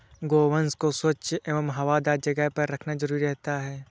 गोवंश को स्वच्छ एवं हवादार जगह पर रखना जरूरी रहता है